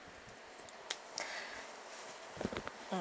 mm